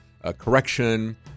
correction